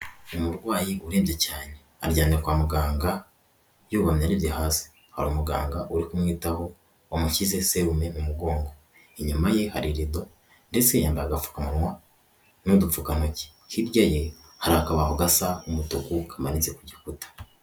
Umurwayi urembye cyane aryamye kwa muganga yubamye arebye hasi hario umuganga uri kumwitaho wamushyize serume mu mugongo, inyuma ye hari rido ndetse yambaye agapfukawa n'udupfukantoki, hirya ye hari akabaho gasa umutuku kamanitse ku gikuta.